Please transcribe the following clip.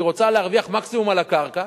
היא רוצה להרוויח מקסימום על הקרקע,